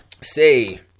Say